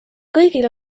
kõigil